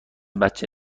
بچه